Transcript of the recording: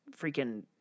freaking